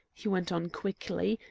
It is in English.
he went on quickly,